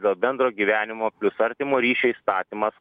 dėl bendro gyvenimo plius artimo ryšio įstatymas